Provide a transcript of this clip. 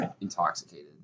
intoxicated